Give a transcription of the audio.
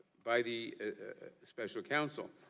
by the special counsel?